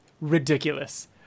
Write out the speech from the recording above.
ridiculous